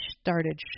started